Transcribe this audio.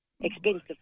expensive